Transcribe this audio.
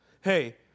Hey